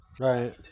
Right